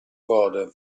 gode